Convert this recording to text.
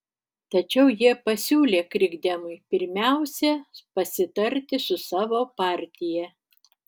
tačiau jie pasiūlė krikdemui pirmiausia pasitarti su savo partija